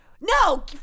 no